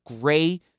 gray